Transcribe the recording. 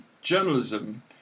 journalism